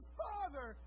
father